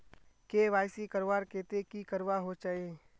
KYC करवार केते की करवा होचए?